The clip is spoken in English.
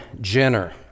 Jenner